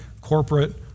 corporate